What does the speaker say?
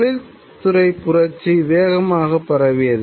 தொழில்துறைப் புரட்சி வேகமாக பரவியது